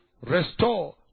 restore